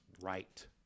right